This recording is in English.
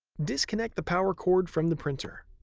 disconnect the power cord from the printer.